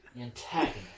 Antagonist